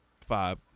five